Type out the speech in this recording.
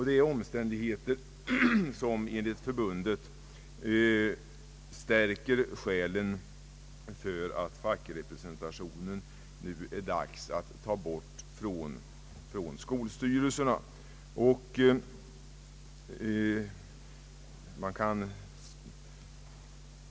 Det är omständigheter som enligt förbundet stärker uppfattningen att det nu är dags att ta bort fackrepresentationen från skolstyrelserna.